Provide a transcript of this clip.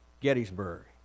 Gettysburg